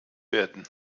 werden